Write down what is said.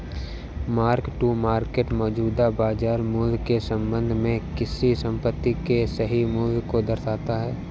mark to market मौजूदा बाजार मूल्य के संबंध में किसी संपत्ति के सही मूल्य को दर्शाता है